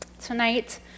tonight